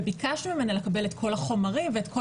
וביקשנו ממנה לקבל את כל החומרים ואת כל